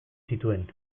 zituen